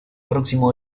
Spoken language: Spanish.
próximo